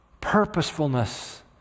purposefulness